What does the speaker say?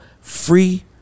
free-